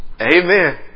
Amen